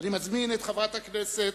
אני מזמין את חברת הכנסת,